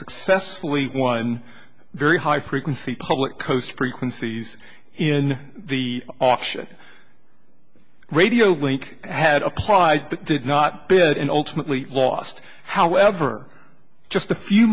successfully won very high frequency public coast frequencies in the auction radio link had applied but did not bid and ultimately last however just a few